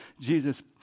Jesus